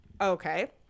Okay